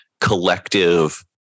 collective